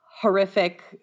horrific